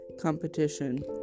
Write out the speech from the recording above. competition